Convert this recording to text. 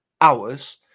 hours